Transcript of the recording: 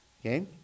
Okay